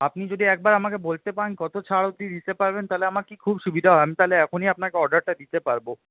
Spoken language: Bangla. আপনি যদি একবার আমাকে বলতে পারেন কত ছাড় অবধি দিতে পারবেন তাহলে আমার কী খুব সুবিধা হয় তাহলে আমি তাহলে এখনই আপনাকে অর্ডারটা দিতে পারব